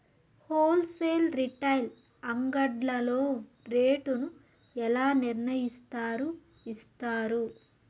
Whole sale retail అంగడ్లలో rate ను ఎలా నిర్ణయిస్తారు యిస్తారు?